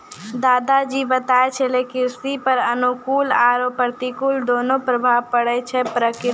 दादा जी बताय छेलै कृषि पर अनुकूल आरो प्रतिकूल दोनों प्रभाव पड़ै छै प्रकृति सॅ